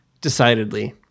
decidedly